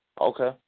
Okay